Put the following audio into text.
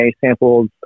samples